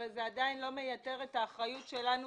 אבל זה עדיין לא מייתר את האחריות שלנו